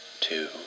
two